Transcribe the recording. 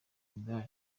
imidari